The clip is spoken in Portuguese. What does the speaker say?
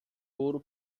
ouro